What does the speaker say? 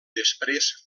després